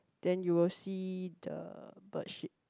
then you will see the bird shit